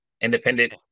independent